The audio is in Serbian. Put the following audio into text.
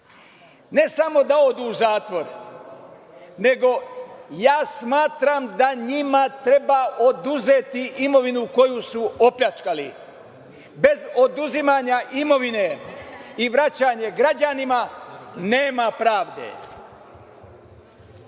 Ne samo da odu u zatvor, nego smatram da njima treba oduzeti imovinu koju su opljačkali. Bez oduzimanja imovine i vraćanja građanima, nema pravde.